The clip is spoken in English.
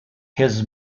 his